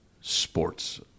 sports